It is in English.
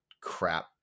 crap